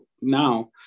now